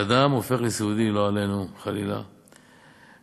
להשתמש במלוא הסמכויות שהחוק העניק לנו.